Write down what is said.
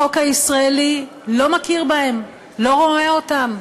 החוק הישראלי לא מכיר בהם, לא רואה אותם.